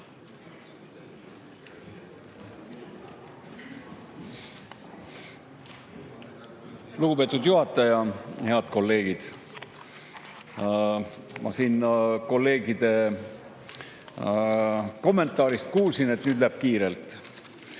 Lugupeetud juhataja! Head kolleegid! Ma kolleegide kommentaarist kuulsin, et nüüd läheb kiirelt.